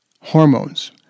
Hormones